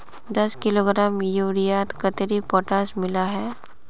दस किलोग्राम यूरियात कतेरी पोटास मिला हाँ?